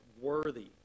worthy